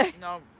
No